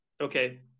Okay